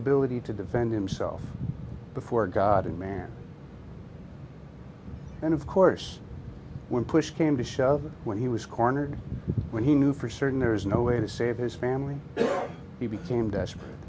ability to defend himself before god and man and of course when push came to shove when he was cornered when he knew for certain there is no way to save his family he became desperate